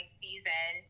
season